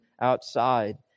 outside